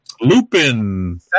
Lupin